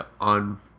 on